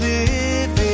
Living